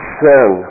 sin